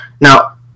Now